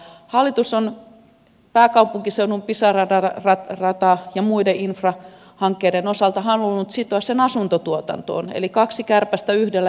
hallitus on pääkaupunkiseudun pisara radan ja muiden infrahankkeiden osalta halunnut sitoa sen asuntotuotantoon eli kaksi kärpästä yhdellä iskulla